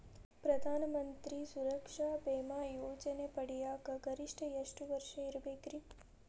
ಪ್ರಧಾನ ಮಂತ್ರಿ ಸುರಕ್ಷಾ ಭೇಮಾ ಯೋಜನೆ ಪಡಿಯಾಕ್ ಗರಿಷ್ಠ ಎಷ್ಟ ವರ್ಷ ಇರ್ಬೇಕ್ರಿ?